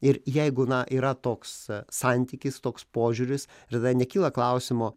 ir jeigu na yra toks santykis toks požiūris ir tada nekyla klausimo